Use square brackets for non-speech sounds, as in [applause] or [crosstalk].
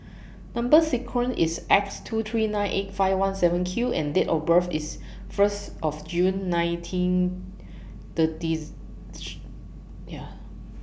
Number sequence IS X two three nine eight five one seven Q and Date of birth IS First of June nineteen thirties [unintelligible] yeah